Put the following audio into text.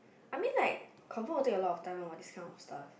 I mean like confirm will take a lot of time one what this kind of stuff